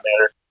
matter